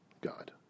God